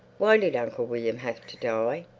why did uncle william have to die?